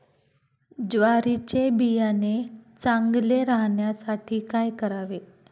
ज्वारीचे बियाणे चांगले राहण्यासाठी काय करावे?